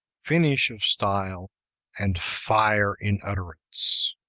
finish of style and fire in utterance.